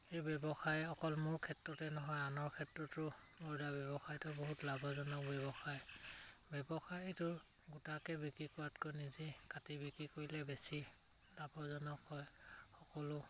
সেই ব্যৱসায় অকল মোৰ ক্ষেত্ৰতে নহয় আনৰ ক্ষেত্ৰতো ব্ৰইলাৰ ব্যৱসায়টো বহুত লাভজনক ব্যৱসায় ব্যৱসায়টো গোটাকে বিক্ৰী কৰাতকৈ নিজেই কাটি বিক্ৰী কৰিলে বেছি লাভজনক হয় সকলো